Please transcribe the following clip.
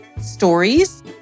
stories